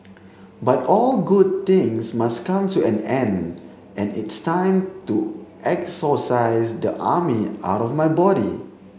but all good things must come to an end and it's time to exorcise the army out of my body